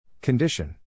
Condition